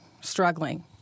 struggling